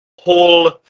Hall